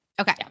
Okay